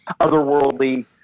otherworldly